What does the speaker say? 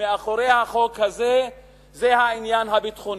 מאחורי החוק הזה זה העניין הביטחוני.